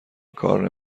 کار